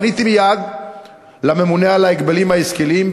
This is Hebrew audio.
פניתי מייד לממונה על ההגבלים העסקיים,